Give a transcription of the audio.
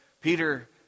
Peter